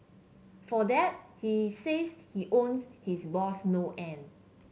for that he says he owes his boss no end